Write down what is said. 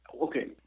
Okay